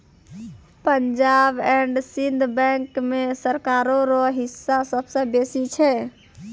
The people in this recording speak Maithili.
पंजाब एंड सिंध बैंक मे सरकारो रो हिस्सा सबसे बेसी छै